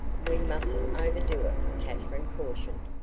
we mustn't overdo it, katherine cautioned.